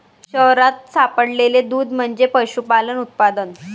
शहरात सापडलेले दूध म्हणजे पशुपालन उत्पादन